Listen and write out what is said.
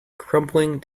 crumbling